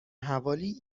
حوالی